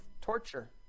torture